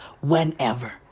whenever